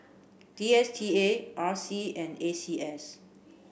D S T A R C and A C S